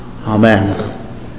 Amen